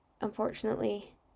unfortunately